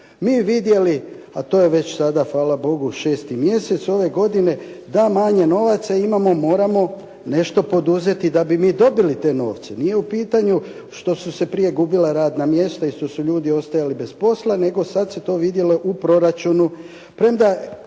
mi vidjeli, a to već sada hvala Bogu 6. mjesec ove godine, da manje novaca imamo, moramo nešto poduzeti da bi mi dobili te novce. Nije u pitanju što su se prije gubila radna mjesta i što su ljudi ostajali bez posla, nego sad se to vidjelo u proračunu.